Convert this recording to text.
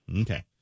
okay